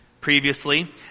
previously